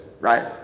right